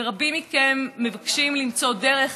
ורבים מכם מבקשים למצוא את הדרך